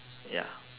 ya